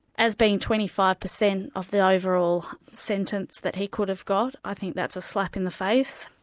as being twenty five percent of the overall sentence that he could have got. i think that's a slap in the face.